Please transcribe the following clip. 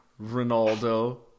Ronaldo